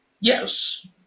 Yes